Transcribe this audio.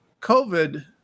COVID